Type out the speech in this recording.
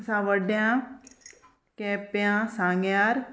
सावड्ड्यां केप्यां सांग्यार